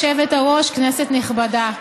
גברתי היושבת-ראש, כנסת נכבדה,